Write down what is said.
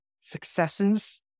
successes